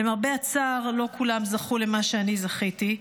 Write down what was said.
למרבה הצער, לא כולם זכו למה שאני זכיתי.